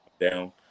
down